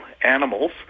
animals